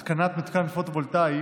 התקנת מתקן פוטו-וולטאי),